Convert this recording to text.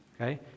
Okay